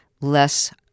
less